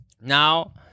Now